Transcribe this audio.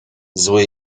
zły